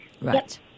Right